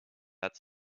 that